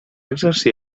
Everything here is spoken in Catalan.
exercir